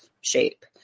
shape